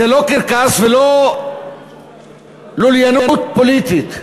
זה לא קרקס ולא לוליינות פוליטית.